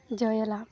ଜୟଲା